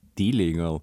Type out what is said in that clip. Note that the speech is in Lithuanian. tyliai gal